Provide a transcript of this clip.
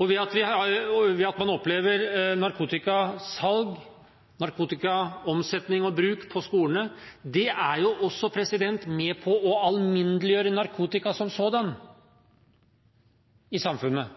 Ved at man opplever narkotikasalg, narkotikaomsetning og -bruk på skolene, er det også med på å alminneliggjøre narkotika som sådan i samfunnet